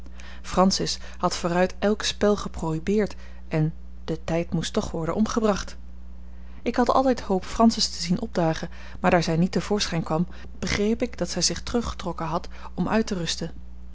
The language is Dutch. francis had vooruit elk spel geprohibeerd en de tijd moest toch worden omgebracht ik had altijd hoop francis te zien opdagen maar daar zij niet te voorschijn kwam begreep ik dat zij zich teruggetrokken had om uit te rusten